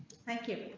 thank you.